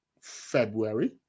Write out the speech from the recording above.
february